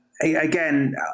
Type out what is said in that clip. Again